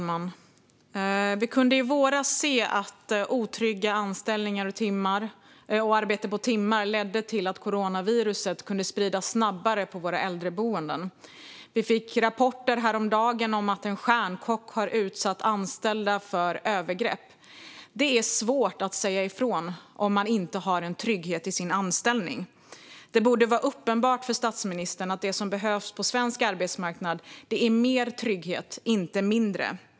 Fru talman! I våras kunde vi se att otrygga anställningar och arbete på timmar ledde till att coronaviruset spreds snabbare på landets äldreboenden, och häromdagen fick vi rapporter om att en stjärnkock har utsatt anställda för övergrepp. Det är svårt att säga ifrån om man inte har en trygghet i sin anställning. Det borde vara uppenbart för statsministern att det som behövs på svensk arbetsmarknad är mer trygghet, inte mindre.